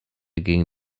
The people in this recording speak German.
gegen